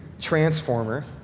transformer